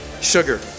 sugar